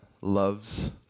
loves